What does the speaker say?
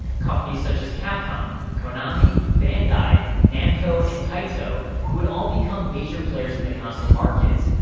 companies such as capcom, konami, bandai, namco, and taito who would all become major players in the console market.